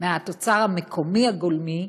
מהתוצר המקומי הגולמי,